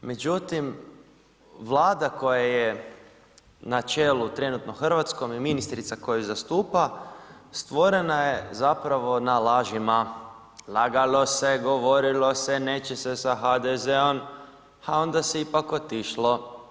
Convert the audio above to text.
Međutim, Vlada koja je na čelu trenutno Hrvatskom i ministrica koju zastupa stvorena je zapravo na lažima, lagalo se, govorilo se, neće se sa HDZ-om, a onda se ipak otišlo.